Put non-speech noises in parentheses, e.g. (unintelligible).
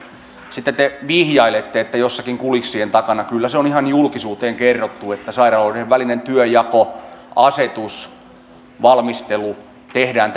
sitten te vihjailette että jossakin kulissien takana kyllä se on ihan julkisuuteen kerrottu että sairaaloiden välinen työnjakoasetusvalmistelu tehdään (unintelligible)